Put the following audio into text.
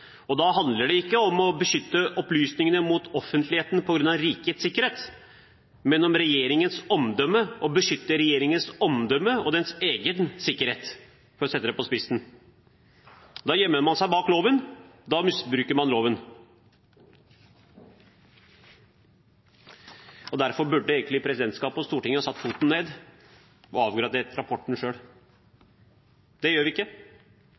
hemmeligholde. Da handler det ikke om å beskytte opplysningene mot offentligheten på grunn av rikets sikkerhet, men om regjeringens omdømme, å beskytte regjeringens omdømme, og regjeringens egen sikkerhet – for å sette det på spissen. Da gjemmer man seg bak loven, da misbruker man loven. Derfor burde egentlig presidentskapet og Stortinget ha satt foten ned og avgradert rapporten selv. Det gjøres ikke,